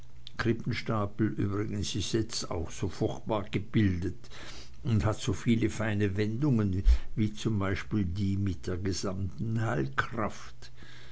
krippenstapel übrigens is jetzt auch so furchtbar gebildet und hat so viele feine wendungen wie zum beispiel die mit der gesamten heilkraft